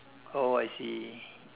oh I see